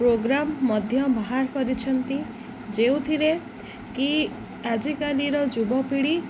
programme ମଧ୍ୟ ବାହାର କରିଛନ୍ତି ଯେଉଁଥିରେ କି ଆଜିକାଲିର ଯୁବପିଢ଼ି